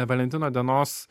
valentino dienos